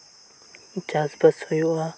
ᱪᱟᱥᱵᱟᱥ ᱦᱩᱭᱩᱜ ᱟ